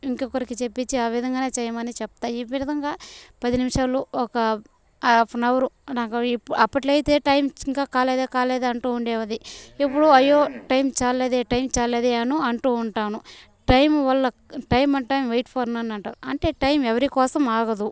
ఇంకొకరికి చెప్పిచ్చి ఆ విధంగానే చేయమని చెప్తా ఈ విధంగా పది నిమిషాల్లో ఒక హాఫ్నవరు నాకు అప్పట్లో అయితే టైం ఇంకా కాలేదా కాలేదా అంటూ ఉండేది ఇప్పుడు అయ్యో టైం చాల్లేదే టైం చాల్లేదే అను అంటూ ఉంటాను టైము వల్ల time and time wait for none అంటారు అంటే టైం ఎవరికోసం ఆగదు